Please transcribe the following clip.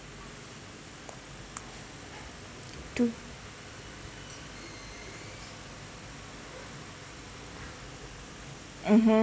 two mmhmm